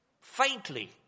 faintly